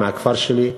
מהכפר שלי,